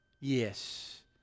Yes